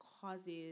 causes